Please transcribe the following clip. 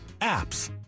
APPS